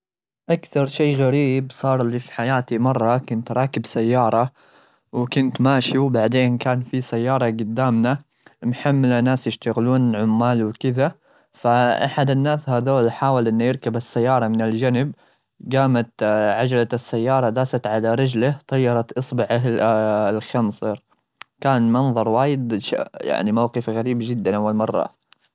أكثر شيء غريب صار لي في حياتي، مرة كنت راكب سيارة وكنت ماشي. وبعدين كان في سيارة جدامنا محملة ناس يشتغلون عمال وكذا. فأحد الناس هذول حاول إنه يركب السيارة من الجنب. جامت عجلة السيارة داست على رجله، طيرت أصبعه الخنصر. كان منظر وايد يعني، موقف غريب جدا، أول مرة.